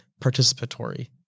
participatory